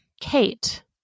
Kate